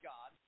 God